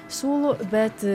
siūlų bet